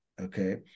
okay